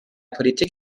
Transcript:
politik